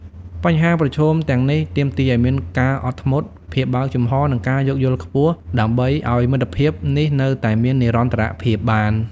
បញ្ហាប្រឈមទាំងនេះទាមទារឲ្យមានការអត់ធ្មត់ ភាពបើកចំហរនិងការយោគយល់ខ្ពស់ដើម្បីឲ្យមិត្តភាពនេះនៅតែមាននិរន្តរភាពបាន។